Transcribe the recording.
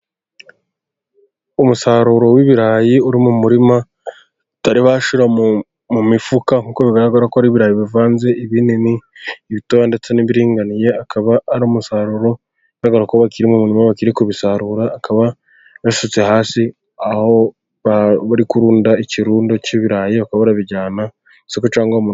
Umusaruro w'ibirayi uri mu murima batari bashyira mu mifuka nk'uko bigaragara ko ari ibirayi bivanze: ibinini, ibitoya ndetse n'ibiriringaniye, akaba ari umusaruro bigaragara ko bakiri kubisarura, akaba yasutse hasi, aho bari kurunda ikirundo cy'ibirayi bakaba barabijyana ku isoko cyangwa mu...